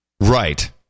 Right